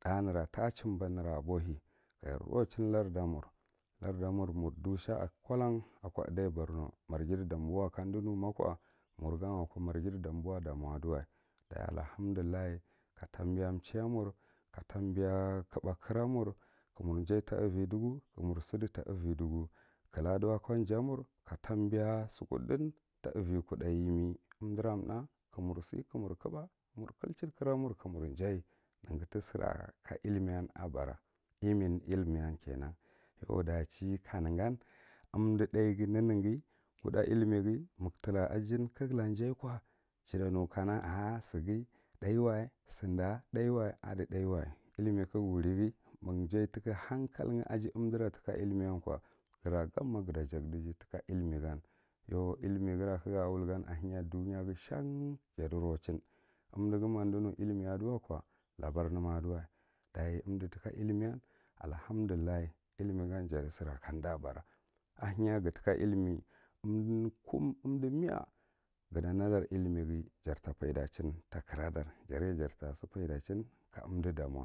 th’ah nera ta jibba nera abohe kaj raching lard amur, lard amur mur dush amur kolan ako ako idaiy borno marghi danboa madinumakow mer gan wako marghi danboa damo aduwa daye allahamdullah ka tambiya chaya mur jaye ta avi dogu ka mur side ta avidogu klado akomur ka tambiya sukuddin ta avikudda yemi umdare thah kor mur sikamur clehing khra mur ka mur jar neghi tisira ka illimiyan abara, immillimiyan kena yau dachi kanegam umdi thaiyye ko th’ah illimi ghi ma ga tra a jan ko jata nu kana ar’ sight thai wa sida tha’ wa adi tha’ wa, illimi ka gah wurighi ma ga jay tika han kalgha aji umdira tika illimiyan ko giragom ma gata jakdige tika ga wul gan ahenya dujaghi shon jatirachin umdighi ma umdunu illimi aduwako labar nema aduwa dachi umdi tik illimiyan allahamdillah illimiyan jatisira kamda bara ahenya ga tika illimi umdi kum umdu mieyah gata nadar illighi jar ta faidachin kalkrada jarye jarta ta sifaidachin ka umdi da mo.